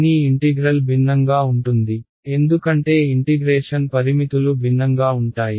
కానీ ఇంటిగ్రల్ భిన్నంగా ఉంటుంది ఎందుకంటే ఇంటిగ్రేషన్ పరిమితులు భిన్నంగా ఉంటాయి